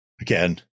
Again